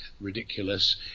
ridiculous